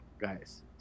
guys